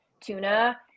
tuna